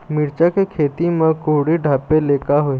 मिरचा के खेती म कुहड़ी ढापे ले का होही?